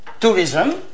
Tourism